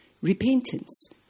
Repentance